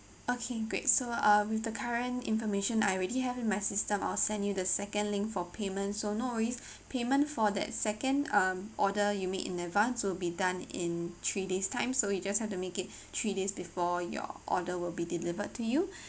okay great so uh with the current information I already have in my system I will send you the second link for payments so no worry payment for that second um order you made in advance will be done in three days time so you just have to make it three days before your order will be delivered to you